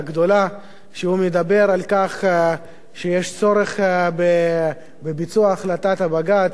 על כך שיש צורך בביצוע החלטת בג"ץ ואין מה לעשות.